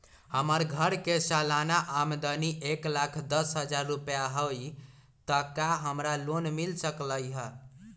हमर घर के सालाना आमदनी एक लाख दस हजार रुपैया हाई त का हमरा लोन मिल सकलई ह?